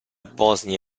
bosnia